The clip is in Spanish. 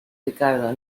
ricardo